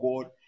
god